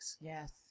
yes